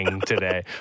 today